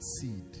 seed